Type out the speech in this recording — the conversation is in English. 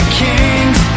kings